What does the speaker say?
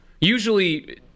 Usually